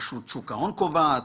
רשות שוק ההון קובעת?